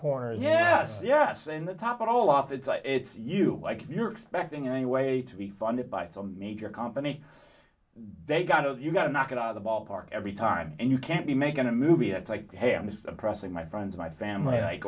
corners yes yes in the top it all off it's like it's you like you're expecting anyway to be funded by some major company they got those you've got to knock it out of the ballpark every time and you can't be making a movie it's like hey i'm suppressing my friends my family